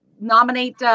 nominate